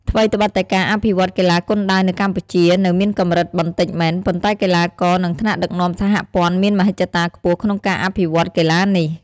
ថ្វីត្បិតតែការអភិវឌ្ឍន៍កីឡាគុនដាវនៅកម្ពុជានៅមានកម្រិតបន្តិចមែន ប៉ុន្តែកីឡាករ និងថ្នាក់ដឹកនាំសហព័ន្ធមានមហិច្ឆតាខ្ពស់ក្នុងការអភិវឌ្ឍន៍កីឡានេះ។